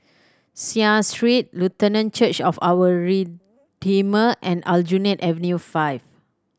Seah Street Lutheran Church of Our Redeemer and Aljunied Avenue Five